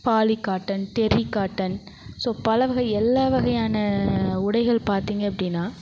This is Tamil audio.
poly cotton terry cotton so பலவகை எல்லா வகையான உடைகள் பார்த்தீங்க அப்படின்னா